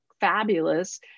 fabulous